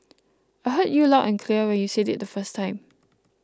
I heard you loud and clear when you said it the first time